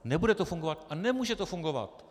Nebude to fungovat a nemůže to fungovat.